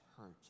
hurt